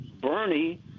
Bernie